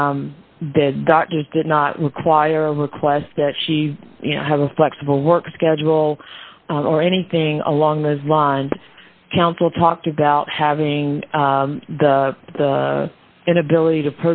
that doctors did not require requests that she you know have a flexible work schedule or anything along those lines counsel talked about having the the inability to